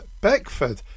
Beckford